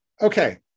okay